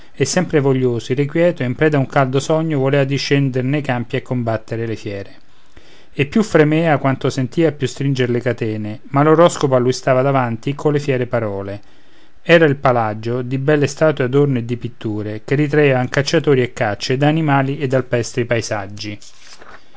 e sempre voglioso irrequieto e in preda a un caldo sogno volea discendere nei campi a combatter le fiere e più fremea quanto sentia più stringer le catene ma l'oroscopo a lui stava davanti colle fiere parole era il palagio di belle statue adorno e di pitture che ritraevan cacciatori e cacce ed animali e alpestri paesaggi